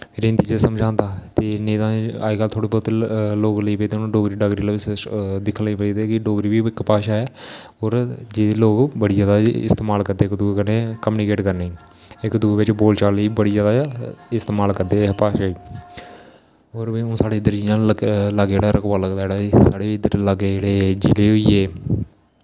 फिर हिन्दी च समझांदा ते निं तां अजकल्ल थोह्ड़ा बौह्त लोक लग्गी पेदे डोगरी डागरी दिक्खन लग्गी पेदे कि डोगरी बी इक भाशा ऐ होर जिस्सी लोग बड़ी जैदा इस्तेमाल करदे इक दुए कन्नै कुम्निकेट करने गी इक दुए दी बोल चाल बिच्च बड़ी जैदा इस्तेमाल करदे इस भाशा गी होर साढ़े इद्धर जि'यां लाग्गे रकवा लगदा जेह्ड़ा लाग्गै जेह्ड़े जि'ले होई गे